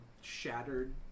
shattered